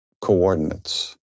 coordinates